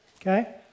Okay